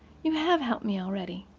you have helped me already.